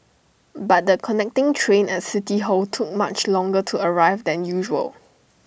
but the connecting train at city hall took much longer to arrive than usual